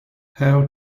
howe